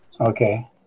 Okay